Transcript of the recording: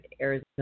Arizona